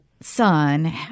son